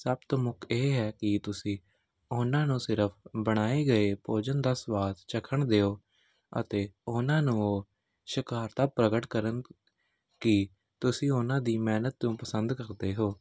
ਸਭ ਤੋਂ ਮੁੱਖ ਇਹ ਹੈ ਕਿ ਤੁਸੀਂ ਉਹਨਾਂ ਨੂੰ ਸਿਰਫ ਬਣਾਏ ਗਏ ਭੋਜਨ ਦਾ ਸੁਆਦ ਚਖਣ ਦਿਓ ਅਤੇ ਉਹਨਾਂ ਨੂੰ ਉਹ ਸ਼ਖਾਰਦਾ ਪ੍ਰਗਟ ਕਰਨ ਕਿ ਤੁਸੀਂ ਉਹਨਾਂ ਦੀ ਮਿਹਨਤ ਨੂੰ ਪਸੰਦ ਕਰਦੇ ਹੋ